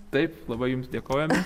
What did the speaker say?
taip labai jums dėkojame